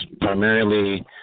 primarily